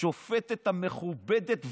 השופטת המכובדת וילנר?